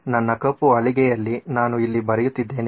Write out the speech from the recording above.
ನನ್ನ ಕಪ್ಪು ಹಲಗೆಯಲ್ಲಿ ನಾನು ಇಲ್ಲಿ ಬರೆಯುತ್ತಿದ್ದೇನೆ